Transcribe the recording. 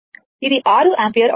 ఇది 6 యాంపియర్ అవుతుంది